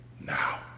now